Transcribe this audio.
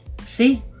See